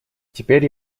теперь